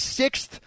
sixth